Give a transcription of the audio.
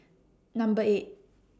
Number eight